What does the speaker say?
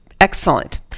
Excellent